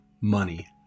Money